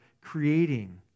creating